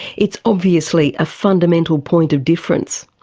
it's obviously a fundamental point of difference.